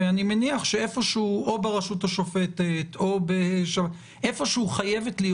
ואני מניח שאיפשהו - או ברשות השופטת - איפשהו חייבת להיות